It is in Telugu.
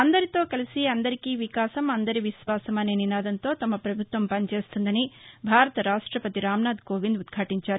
ఆందరితో కలసి అందరికీ వికాసం అందరి విశ్వాసం అనే నినాదంతో తమ ప్రభుత్వం పనిచేస్తుందని భారత రాష్ట్రపతి రామ్నాథ్ కోవింద్ పేర్కొన్నారు